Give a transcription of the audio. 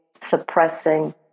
suppressing